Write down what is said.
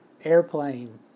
airplane